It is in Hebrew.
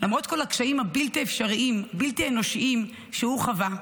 למרות כל הקשיים הבלתי-אפשריים והבלתי-אנושיים שהוא חווה,